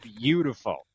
beautiful